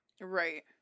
Right